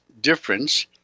difference